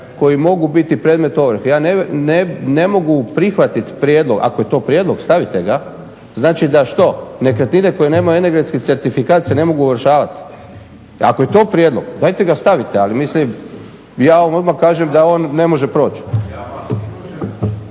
koji mogu biti predmet ovrhe. Ja ne mogu prihvatiti prijedlog, ako je to prijedlog stavite ga, znači da što, nekretnine koje nemaju energetski certifikat se ne mogu ovršavati? Ako je to prijedlog dajte ga stavite. Ali mislim ja vam odmah kažem da on ne može proći.